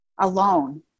alone